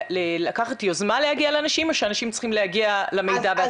לקחת יוזמה להגיע לאנשים או שאנשים צריכים להגיע למידע בעצמם?